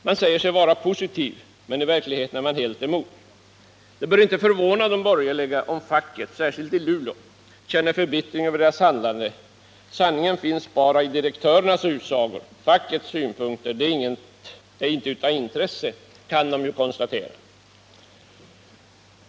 Man säger sig vara positiv, men i verkligheten är man helt emot. Det bör inte förvåna de borgerliga om facket, särskilt i Luleå, känner förbittring över deras handlande. Sanningen finns bara i direktörernas utsagor, fackets synpunkter är inte av intresse, kan de ju konstatera.